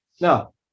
Now